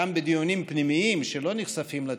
גם בדיונים פנימיים שלא נחשפים לתקשורת,